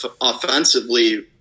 offensively